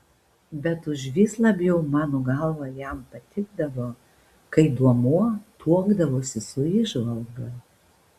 bet užvis labiau mano galva jam patikdavo kai duomuo tuokdavosi su įžvalga